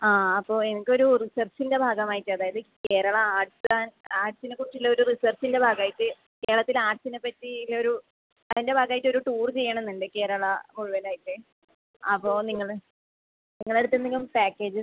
ആ അപ്പോൾ എനിക്ക് ഒരു റിസർച്ചിൻ്റെ ഭാഗമായിട്ട് അതായത് കേരള ആർട്സ് ആൻഡ് ആർട്സിനെക്കുറിച്ചുള്ള ഒരു റിസർച്ചിൻ്റെ ഭാഗമായിട്ട് കേരളത്തിൽ ആർട്സിനെ പറ്റി ഒരു അതിൻ്റെ ഭാഗമായിട്ട് ഒരു ടൂറ് ചെയ്യണമെന്നുണ്ട് കേരള മുഴുവനായിട്ട് ആ അപ്പോൾ നിങ്ങൾ നിങ്ങളെ അടുത്ത് എന്തെങ്കിലും പാക്കേജസ്